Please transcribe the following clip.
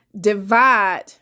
divide